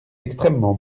extrêmement